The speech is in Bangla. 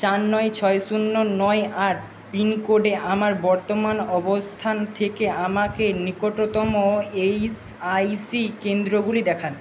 চার নয় ছয় শূন্য নয় আট পিনকোডে আমার বর্তমান অবস্থান থেকে আমাকে নিকটতম এইসআইসি কেন্দ্রগুলি দেখান